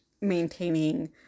maintaining